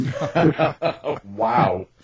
Wow